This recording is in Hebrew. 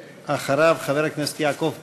ואחריו, חבר הכנסת יעקב פרי.